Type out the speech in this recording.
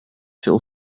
fill